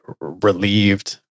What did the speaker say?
relieved